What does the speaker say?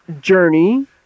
journey